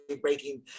breaking